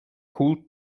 kult